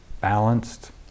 balanced